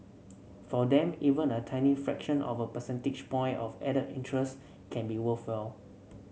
for them even a tiny fraction of a percentage point of added interest can be worthwhile